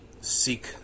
Seek